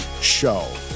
Show